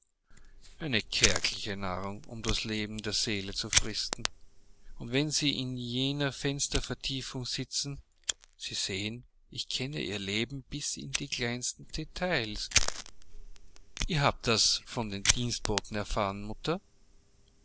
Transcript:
eine kärgliche nahrung um das leben der seele zu fristen und wenn sie in jener fenstervertiefung sitzen sie sehen ich kenne ihr leben bis in die kleinsten details ihr habt das von den dienstboten erfahren